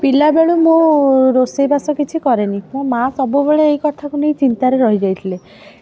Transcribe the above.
ପିଲାବେଳୁ ମୁଁ ରୋଷେଇ ବାସ କିଛି କରେନି ମୋ ମା ସବୁବେଳେ ଏହି କଥାକୁ ନେଇ ଚିନ୍ତାରେ ରହି ଯାଇଥିଲେ